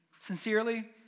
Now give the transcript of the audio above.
Sincerely